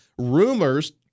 rumors